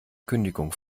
kündigung